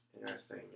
interesting